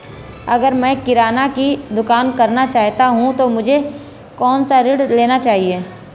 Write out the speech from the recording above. अगर मैं किराना की दुकान करना चाहता हूं तो मुझे कौनसा ऋण लेना चाहिए?